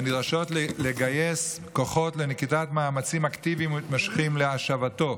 הן נדרשות לגייס כוחות לנקיטת מאמצים אקטיביים ומתמשכים להשבתו.